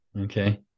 Okay